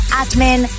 admin